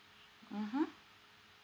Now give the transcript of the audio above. mmhmm